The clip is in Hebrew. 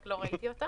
רק לא ראיתי אותו.